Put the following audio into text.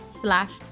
slash